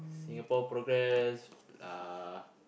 Singapore progress uh